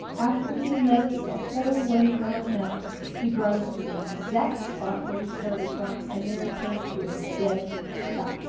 after he had led us the whole way round the mountain he brought us to the exact spot where we started from and there he came to a dead stop.